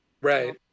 Right